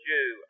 Jew